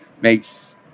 makes